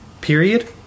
period